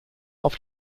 auf